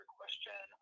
question